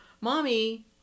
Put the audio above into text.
mommy